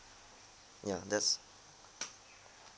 ya that's